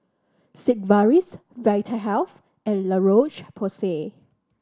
Sigvaris Vitahealth and La Roche Porsay